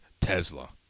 Tesla